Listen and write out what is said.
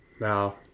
Now